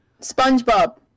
SpongeBob